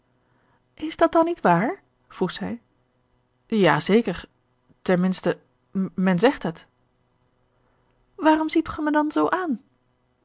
is dat dan niet waar vroeg zij ja zeker ten minste men zegt het waarom ziet ge me dan zoo aan